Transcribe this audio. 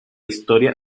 historia